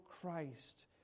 Christ